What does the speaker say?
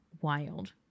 wild